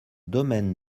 domaine